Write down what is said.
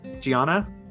Gianna